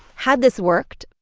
had this worked,